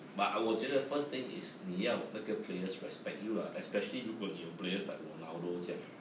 but ah 我觉得 first thing is 你要那个 player's respect you lah especially 如果你有 like ronaldo